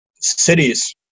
cities